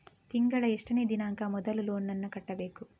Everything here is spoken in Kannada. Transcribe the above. ತಿಂಗಳ ಎಷ್ಟನೇ ದಿನಾಂಕ ಮೊದಲು ಲೋನ್ ನನ್ನ ಕಟ್ಟಬೇಕು?